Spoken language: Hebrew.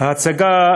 ההצגה